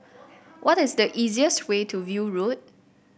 what is the easiest way to View Road